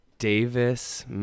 Davis